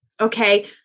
Okay